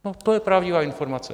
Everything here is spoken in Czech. No, to je pravdivá informace.